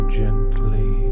gently